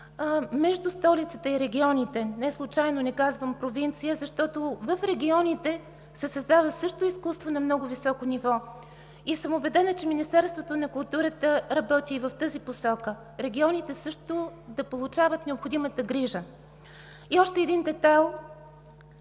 между столицата и регионите. Неслучайно не казвам провинция, защото в регионите се създава също изкуство на много високо ниво. Убедена съм, че Министерството на културата работи и в тази посока – регионите също да получават необходимата грижа. И още един детайл